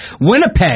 Winnipeg